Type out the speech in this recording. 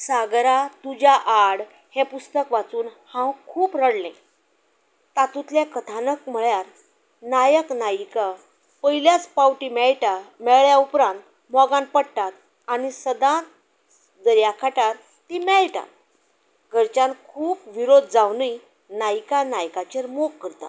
सागराक तुज्या आड हें पुस्तक वाचून हांव खूब रडलें तातुंतलें कथानक म्हळ्यार नायक नायिका पयल्याच पावटी मेळटा मेळ्या उपरांत मोगान पडटात आनी सदांच दर्या कांटार तीं मेळटात गर्च्यान खूप विरोध जावनय नायिका नायकाचेर मोग करता